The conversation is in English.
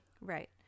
Right